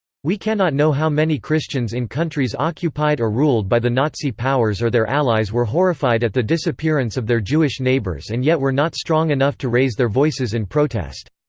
we cannot know how many christians in countries occupied or ruled by the nazi powers or their allies were horrified at the disappearance of their jewish neighbours and yet were not strong enough to raise their voices in protest.